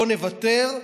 לא נוותר,